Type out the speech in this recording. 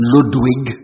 Ludwig